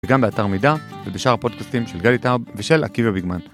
וגם באתר מידה ובשאר הפודקאוסטים של גלי טאב ושל עקיבא ביגמנט.